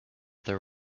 there